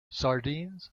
sardines